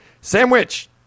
Sandwich